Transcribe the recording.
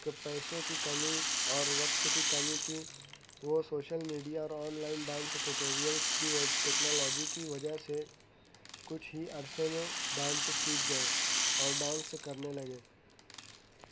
کے پیسوں کی کمی اور وقت کی کمی تھی وہ سوشل میڈیا اور آن لائن ڈانس ٹٹوریلس کی ٹیکنالاجی کی وجہ سے کچھ ہی عرصے میں ڈانس سیکھ گئے اور ڈانس کرنے لگے